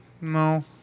No